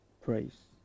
Praise